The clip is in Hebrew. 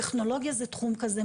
טכנולוגיה היא תחום כזה.